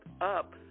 up